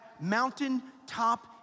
mountaintop